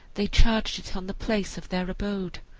they charged it on the place of their abode.